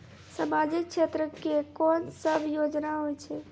समाजिक क्षेत्र के कोन सब योजना होय छै?